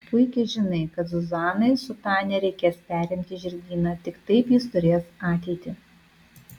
puikiai žinai kad zuzanai su tania reikės perimti žirgyną tik taip jis turės ateitį